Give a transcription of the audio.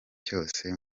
cyose